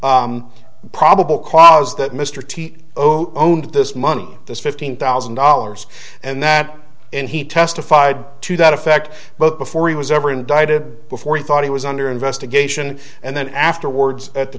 found probable cause that mr t owned this money this fifteen thousand dollars and that and he testified to that effect but before he was ever indicted before he thought he was under investigation and then afterwards at the